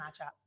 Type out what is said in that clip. matchup